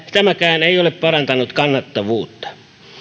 tämäkään ei ole parantanut kannattavuutta